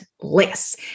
less